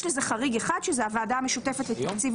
יש לזה חריג אחד והוא כשזאת הוועדה המשותפת לתקציב